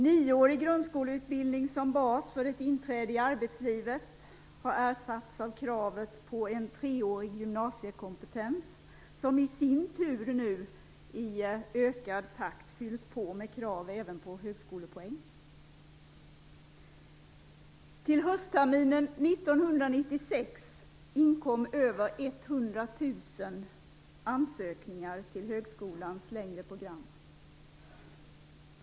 Nioårig grundskoleutbildning som bas för ett inträde i arbetslivet har ersatts av kravet på en treårig gymnasiekompetens, som i sin tur nu i ökad takt fylls på med krav även på högskolepoäng. Till höstterminen 1996 inkom över 100 000 ansökningar till högskolans längre program.